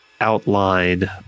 outline